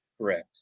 Correct